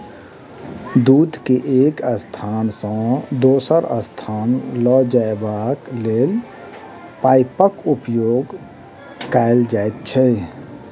दूध के एक स्थान सॅ दोसर स्थान ल जयबाक लेल पाइपक उपयोग कयल जाइत छै